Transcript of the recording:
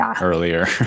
earlier